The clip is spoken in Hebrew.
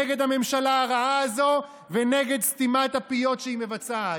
נגד הממשלה הרעה הזאת ונגד סתימת הפיות שהיא מבצעת.